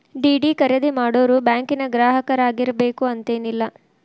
DD ಖರೇದಿ ಮಾಡೋರು ಬ್ಯಾಂಕಿನ್ ಗ್ರಾಹಕರಾಗಿರ್ಬೇಕು ಅಂತೇನಿಲ್ಲ